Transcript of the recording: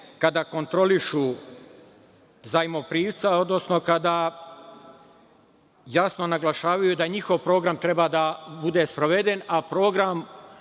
kada kontrolišu zajmoprimca, odnosno kada jasno naglašavaju da njihov program treba da bude sproveden, a program